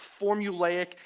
formulaic